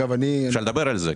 אפשר לדבר על זה.